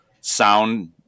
sound